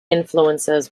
influences